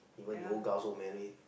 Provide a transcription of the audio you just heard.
even yoga also married